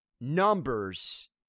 numbers